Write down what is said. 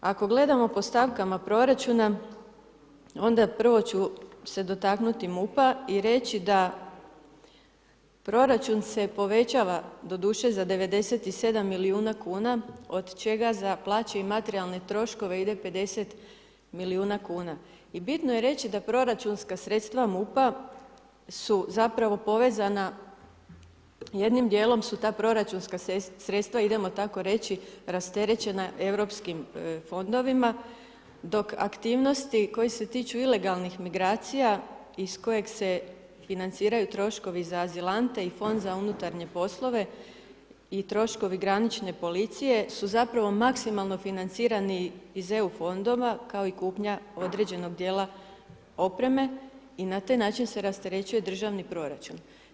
Ako gledamo po stavkama proračuna onda prvo ću se dotaknuti MUP-a i reći da proračun se povećava doduše za 97 milijuna kuna od čega za plaće i materijalne troškove ide 50 milijuna kuna i bitno je reći da proračunska sredstva MUP-a su zapravo povezana jednim dijelom su ta proračunska sredstva, idemo tako reći rasterećena europskim fondovima, dok aktivnosti koje se tiču ilegalnih migracija iz kojeg se financiraju troškovi za azilante i fond za unutarnje poslove i troškovi granične policije su zapravo maksimalno financirani iz EU fondova kao i kupnja određenog dijela opreme i na taj način se rasterećuje državni proračun.